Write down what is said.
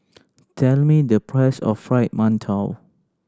tell me the price of Fried Mantou